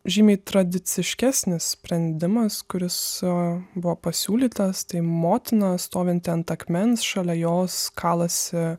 žymiai tradiciškesnis sprendimas kuris a buvo pasiūlytas tai motina stovinti ant akmens šalia jos kalasi